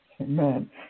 Amen